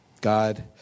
God